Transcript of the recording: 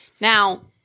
Now